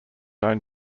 own